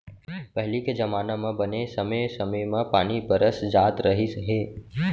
पहिली के जमाना म बने समे समे म पानी बरस जात रहिस हे